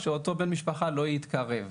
שאותו בן המשפחה לא יתקרב לבית.